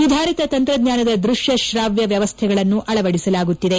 ಸುಧಾರಿತ ತಂತ್ರಜ್ಞಾನದ ದೃಶ್ಯ ಶಾವ್ಯ ವ್ಯವಸ್ಥೆಗಳನ್ನು ಅಳವಡಿಸಲಾಗುತ್ತದೆ